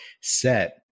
set